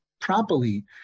properly